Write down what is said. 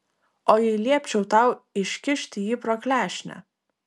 o jei liepčiau tau iškišti jį pro klešnę